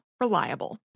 Reliable